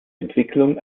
entwicklung